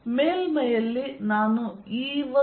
ಮೇಲ್ಮೈಯಲ್ಲಿ ನಾನು E1